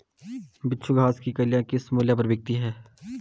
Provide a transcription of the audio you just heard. बिच्छू घास की कलियां किस मूल्य पर बिकती हैं?